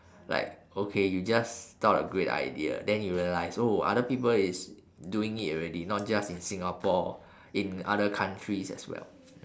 like okay you just thought a great idea then you realise oh other people is doing it already not just in singapore in other countries as well